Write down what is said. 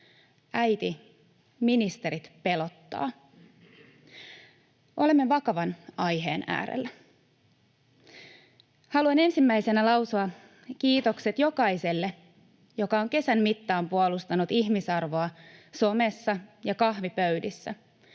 ”Äiti, ministerit pelottaa.” Olemme vakavan aiheen äärellä. Haluan ensimmäisenä lausua kiitokset jokaiselle, joka on kesän mittaan puolustanut ihmisarvoa somessa ja kahvipöydissä